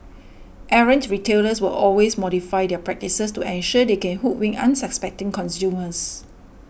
errant retailers will always modify their practices to ensure they can hoodwink unsuspecting consumers